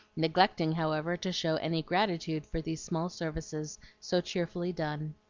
neglecting, however, to show any gratitude for these small services so cheerfully done.